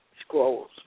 scrolls